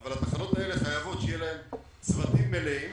אבל התחנות האלה חייבות שיהיו להן צוותים מלאים,